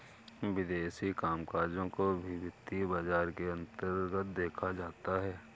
विदेशी कामकजों को भी वित्तीय बाजार के अन्तर्गत देखा जाता है